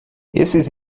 esses